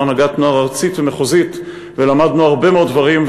הנהגת נוער ארצית ומחוזית ולמדנו הרבה מאוד דברים,